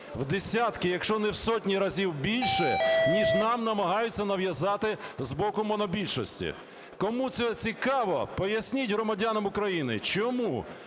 в десятки, якщо не в сотні разів, більше ніж нам намагаються нав'язати з боку монобільшості. Кому це цікаво, поясніть громадянам України, чому